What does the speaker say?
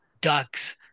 ducks